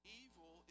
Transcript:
evil